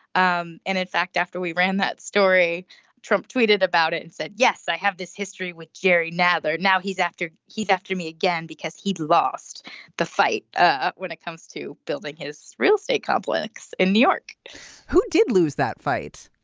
um and in fact after we ran that story trump tweeted about it and said yes i have this history with jerry nadler. now he's after he's after me again because he'd lost the fight ah when it comes to building his real estate complex in new york who did lose that fight.